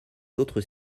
autres